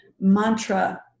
mantra